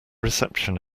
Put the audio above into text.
reception